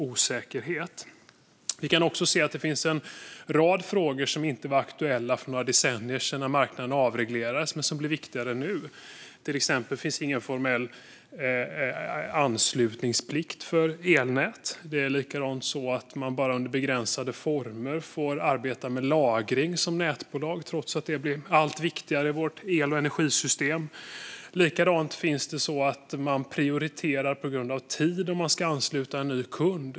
Det finns också en rad frågor som inte var aktuella för några decennier sedan, då marknaden avreglerades, men som blir viktigare nu. Det finns till exempel ingen formell anslutningsplikt för elnät. Man får som nätbolag bara under begränsade former arbeta med lagring, trots att det blir allt viktigare i vårt el och energisystem. Man prioriterar också på grund av tid om man ska ansluta en ny kund.